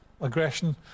aggression